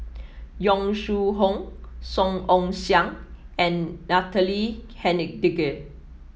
Yong Shu Hoong Song Ong Siang and Natalie Hennedige